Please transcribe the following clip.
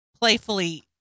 playfully